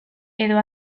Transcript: edo